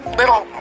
little